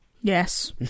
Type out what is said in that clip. Yes